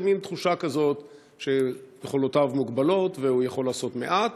זה מין תחושה כזאת שיכולותיו מוגבלות והוא יכול לעשות מעט,